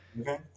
Okay